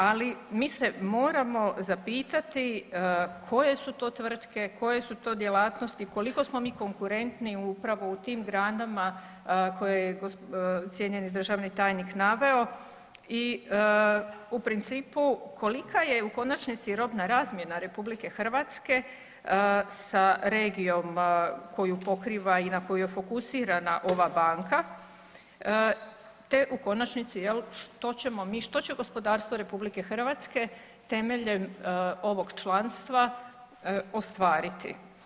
Ali, mi se moramo zapitati koje su to tvrtke, koje su to djelatnosti, koliko smo mi konkurentni upravo u tim granama koje je cijenjeni državni tajnik naveo i u principu kolika je u konačnici robna razmjena RH sa regijom koju pokriva i na koju je fokusirana ova Banka te u konačnici, je li, što ćemo mi, što će gospodarstvo RH temeljem ovog članstva ostvariti?